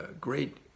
great